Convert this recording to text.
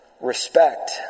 respect